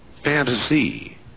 fantasy